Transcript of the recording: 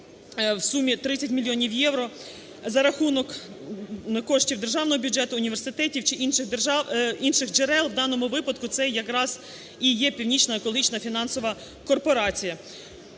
в сумі 30 мільйонів євро за рахунок коштів державного бюджету, університетів чи інших джерел, в даному випадку це якраз і є Північна екологічна фінансова корпорація.